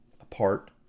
apart